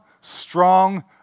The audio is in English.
strong